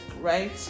right